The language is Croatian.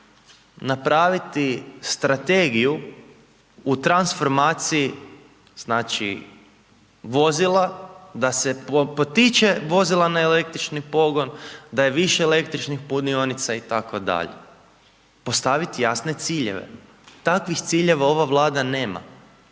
napraviti strategiju u transformaciji, znači vozila da se potiče vozila na električni pogon, da je više električnih punionica itd.., postaviti jasne ciljeve. Takvih ciljeva ova Vlada nema.